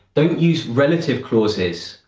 don't use relative clauses,